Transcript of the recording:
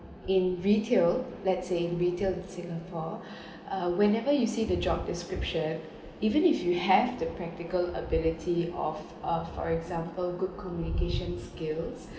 in retail let say retail in singapore uh whenever you see the job description even if you have the practical ability of uh for example good communication skills